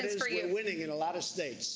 for you. we're winning in a lot of states.